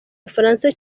bufaransa